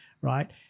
right